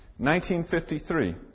1953